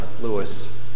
Lewis